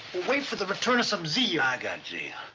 wait for the return of some zeal. i ah got zeal.